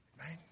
Right